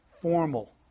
formal